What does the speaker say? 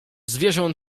zwierząt